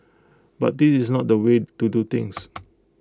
but this is not the way to do things